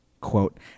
quote